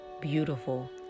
beautiful